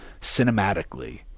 cinematically